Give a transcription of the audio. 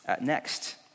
Next